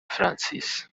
francis